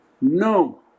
no